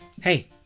Hey